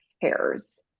cares